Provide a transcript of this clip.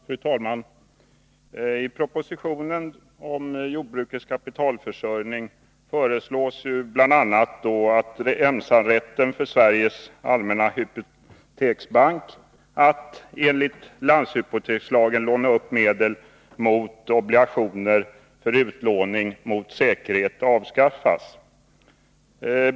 Fru talman! I propositionen om jordbrukets kapitalförsörjning föreslås bl.a. att ensamrätten för Sveriges allmänna hypoteksbank att enligt landshypotekslagen låna upp medel mot obligationer för utlåning mot säkerhet avskaffas.